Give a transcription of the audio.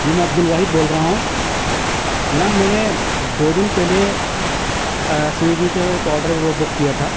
جی میں عبد الواحد بول رہا ہوں جناب میں نے دو دن پہلے سویگی سے ایک آرڈر بک کیا تھا